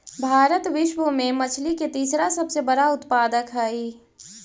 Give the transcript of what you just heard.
भारत विश्व में मछली के तीसरा सबसे बड़ा उत्पादक हई